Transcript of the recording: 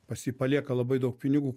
pas jį palieka labai daug pinigų